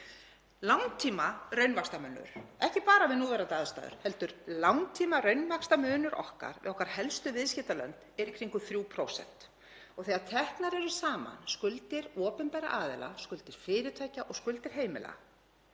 Langtímaraunvaxtamunur, ekki bara við núverandi aðstæður heldur langtímaraunvaxtamunur okkar við okkar helstu viðskiptalönd, er í kringum 3% og þegar teknar eru saman skuldir opinberra aðila, skuldir fyrirtækja og skuldir heimila